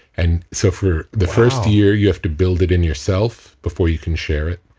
and so for the first year, you have to build it in yourself before you can share it.